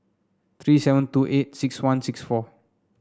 three seven two eight six one six four